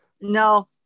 No